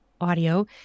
audio